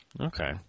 Okay